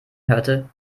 hörte